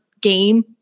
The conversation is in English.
game